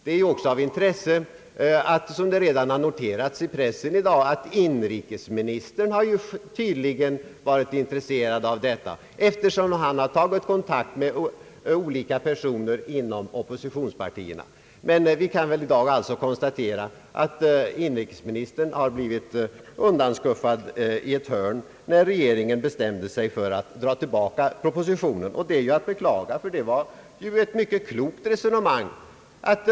Det är också av intresse, som det redan har noterats i pressen i dag, att inrikesministern tydligen har varit intresserad av detta eftersom han har tagit kontakt med olika personer inom oppositionspartierna. Man kan i dag konstatera att inrikesministern blev undanskuffad i ett hörn när regeringen bestämde sig för att ta tillbaka propositionen. Det är ju att beklaga därför att det var ju ett mycket klokt resonemang.